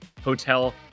hotel